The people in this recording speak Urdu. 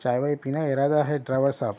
چائے وائے پینے کا ارادہ ہے ڈرائیور صاحب